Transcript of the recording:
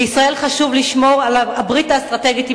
לישראל חשוב לשמור על הברית האסטרטגית עם